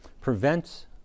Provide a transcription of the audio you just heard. prevent